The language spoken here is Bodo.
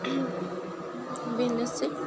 बेनोसै